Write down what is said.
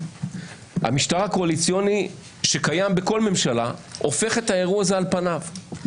המשטר הקואליציוני שקיים בכל ממשלה הופך את האירוע הזה על פניו.